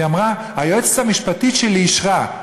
והיא אמרה: היועצת המשפטית שלי אישרה,